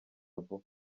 vuba